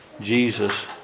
Jesus